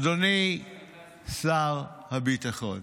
אדוני שר הביטחון,